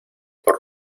por